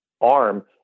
arm